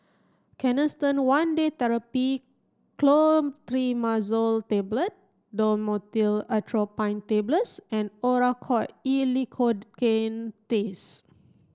Canesten one Day Therapy Clotrimazole Tablet Dhamotil Atropine Tablets and Oracort E Lidocaine